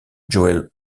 joel